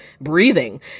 breathing